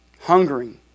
hungering